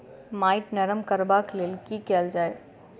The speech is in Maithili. माटि नरम करबाक लेल की केल जाय?